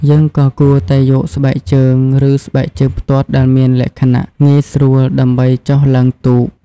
យើងក៏គួរតែយក ស្បែកជើង ឬស្បែកជើងផ្ទាត់ដែលមានលក្ខណៈងាយស្រួលដើម្បីចុះឡើងទូក។